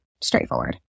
straightforward